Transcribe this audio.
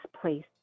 place